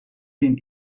been